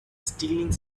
stealing